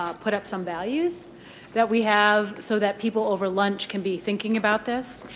um put up some values that we have so that people, over lunch, can be thinking about this.